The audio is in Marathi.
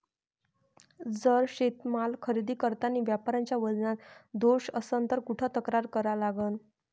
जर शेतीमाल खरेदी करतांनी व्यापाऱ्याच्या वजनात दोष असन त कुठ तक्रार करा लागन?